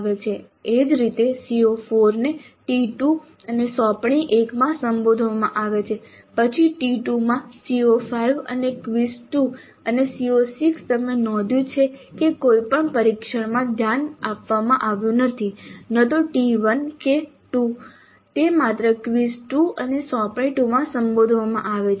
એ જ રીતે CO4 ને T2 અને સોંપણી 1 માં સંબોધવામાં આવે છે પછી T2 માં CO5 અને ક્વિઝ 2 અને CO6 તમે નોંધ્યું છે કે કોઈપણ પરીક્ષણમાં ધ્યાન આપવામાં આવતું નથી ન તો T1 કે T2 તે માત્ર ક્વિઝ 2 અને સોંપણી 2 માં સંબોધવામાં આવે છે